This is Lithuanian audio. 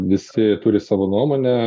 visi turi savo nuomonę